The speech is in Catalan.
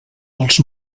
dels